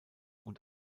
und